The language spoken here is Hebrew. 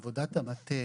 עבודת המטה